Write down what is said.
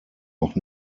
noch